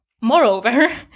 Moreover